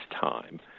time